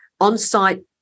on-site